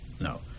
No